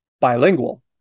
bilingual